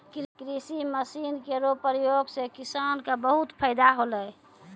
कृषि मसीन केरो प्रयोग सें किसान क बहुत फैदा होलै